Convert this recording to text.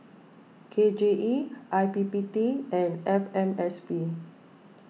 K J E I P P T and F M S P